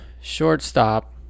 shortstop